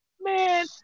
man